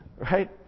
right